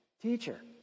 Teacher